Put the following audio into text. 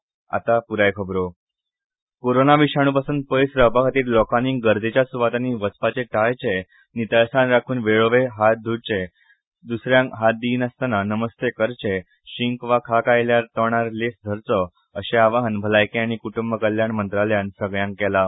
भलायकी मंत्रालय विशाणू पासून पयस रावपा खातीर लोकांनी गर्देच्या सुवातांनी वचपाचें टाळचें नितळसाण राखून वेळो वेळ हात धूवचे द्सऱ्याक हात दि नासतनां नमस्ते करचें शींक वा खांक आयल्यार तोंडार लेंस धरचो अशें आवाहन भलायकी आनी कुटुंब कल्याण मंत्रालयान सगळ्यांक केलां